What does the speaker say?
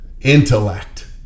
intellect